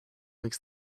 makes